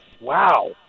Wow